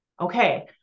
Okay